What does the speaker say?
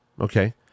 Okay